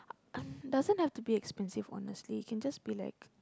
doesn't have to be expensive honestly can just be like